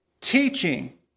teaching